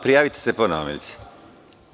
prijavite se ponovo.